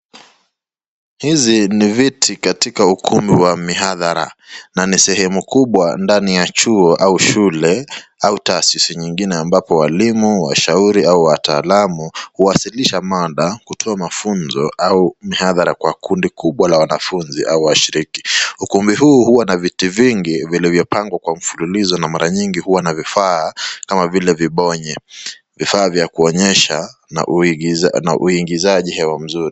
Hizi ni viti katika ukumbi wa mihadhara na ni sehemu kubwa ndani ya chuo au shule au taasisi zingine ambapo walimu washauri au wataalamu huwasilisha mada kutoa mafunzo au mihadhara kwa kundi kubwa la wanafunzi au washiriki. Ukumbi huu huwa na viti vingi vilivyopangwa kwa mfululizo na mara mingi huwa na vifaa kama vile vibonye vifaa vya kuonyesha na uingizaji hewa mzuri.